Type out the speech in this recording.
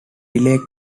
delay